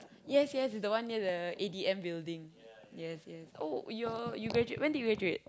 yes yes is the one near the A_D_M building yes yes oh you're you graduate when did you graduate